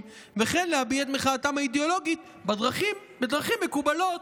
וכן להביא את מחאתם האידיאולוגית בדרכים מקובלות,